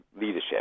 leadership